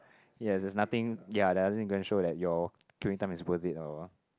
ya there's nothing ya there's nothing gonna show that your queuing time is worth it or what